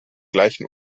gleichen